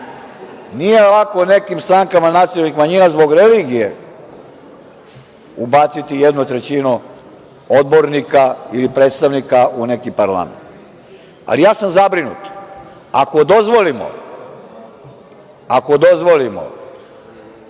Nije lako nekim strankama nacionalnih manjina zbog religije ubaciti jednu trećinu odbornika ili predstavnika u neki parlament. Ali, ja sam zabrinut. Ako dozvolimo da zbog